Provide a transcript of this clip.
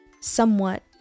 somewhat